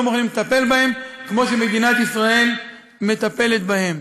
מוכנים לטפל בהם כמו שמדינת ישראל מטפלת בהם.